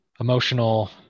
emotional